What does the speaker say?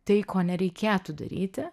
tai ko nereikėtų daryti